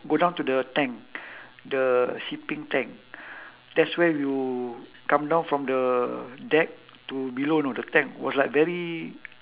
go down to the tank the shipping tank that's where you come down from the deck to below you know the tank was like very